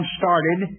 started